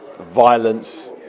violence